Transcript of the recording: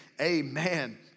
amen